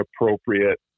appropriate